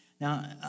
Now